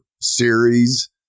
series